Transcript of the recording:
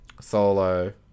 Solo